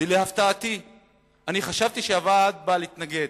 אני חשבתי שהוועד בא להתנגד,